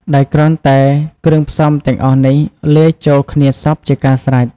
ដោយគ្រាន់តែគ្រឿងផ្សំទាំងអស់នេះ លាយចូលគ្នាសព្វ ជាការស្រេច។